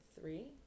three